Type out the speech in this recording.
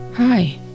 Hi